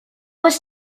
was